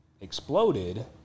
exploded